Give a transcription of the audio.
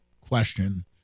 question